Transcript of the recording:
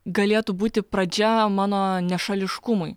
galėtų būti pradžia mano nešališkumui